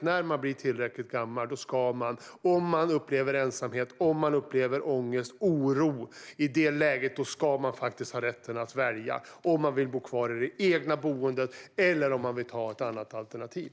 När man blir tillräckligt gammal ska man - om man upplever ensamhet, ångest och oro - ha rätten att välja om man vill bo kvar i det egna boendet eller om man föredrar ett annat alternativ.